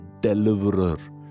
deliverer